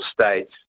states